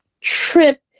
trip